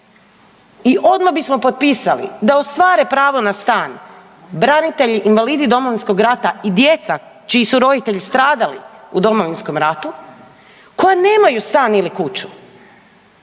i odmah bismo potpisali da ostvare pravo na stan branitelji, invalidi Domovinskog rata i djeca čiji su roditelji stradali u Domovinskom ratu koja nemaju stan ili kuću,